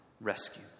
rescue